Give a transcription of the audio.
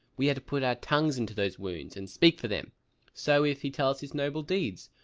we are to put our tongues into those wounds and speak for them so, if he tell us his noble deeds,